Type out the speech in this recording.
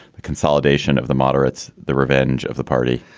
the consolidation of the moderates, the revenge of the party?